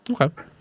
okay